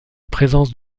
présence